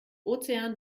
ozean